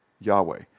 Yahweh